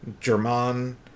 German